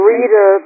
Rita